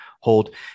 hold